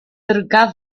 drga